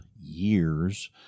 years